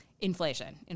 Inflation